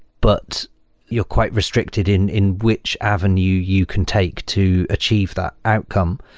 but you're quite restricted in in which avenue you can take to achieve that outcome.